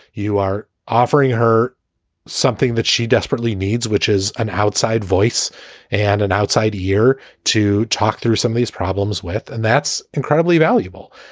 you are offering her something that she desperately needs, which is an outside voice and an outsider year to talk through some of these problems with. and that's incredibly valuable.